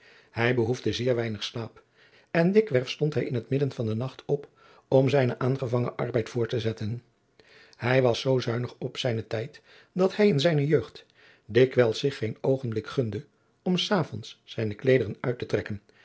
hij behoefde zeer weinig slaap en dikwerf stond hij in het midden van den nacht op om zijnen aangevangen arbeid voort te zetten hij was zoo zuinig op zijnen tijd dat hij in zijne jeugd dikwijls zich geen oogenblik gunde om s avonds zijne kleederen uit te trekken